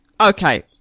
Okay